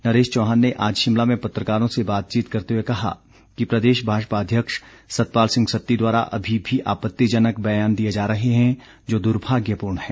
नरेश चौहान ने आज शिमला में पत्रकारों से बातचीत करते हुए कहा कि प्रदेश भाजपा अध्यक्ष सतपाल सिंह सत्ती द्वारा अभी भी आपत्तिजनक बयान दिए जा रहे हैं जो दुर्भाग्यपूर्ण हैं